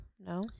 no